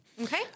Okay